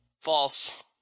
False